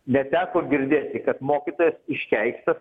neteko girdėti kad mokytojas iškeiktas